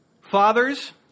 Fathers